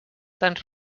tants